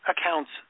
accounts